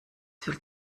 fühlt